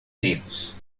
dedos